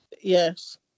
Yes